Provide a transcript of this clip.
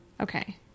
Okay